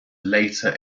later